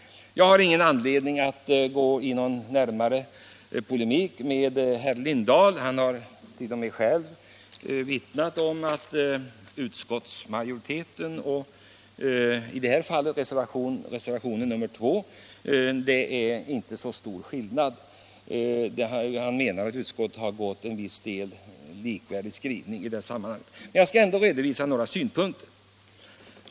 Jag har ingen anledning att gå i närmare polemik med herr Lindahl. Han har själv omvittnat att utskottsmajoritetens uppfattning inte skiljer sig så mycket från reservanternas. Jag skall ändå lämna några synpunkter.